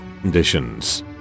conditions